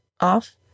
off